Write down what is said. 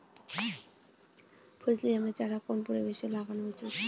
ফজলি আমের চারা কোন পরিবেশে লাগানো উচিৎ?